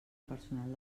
personal